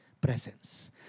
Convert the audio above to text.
presence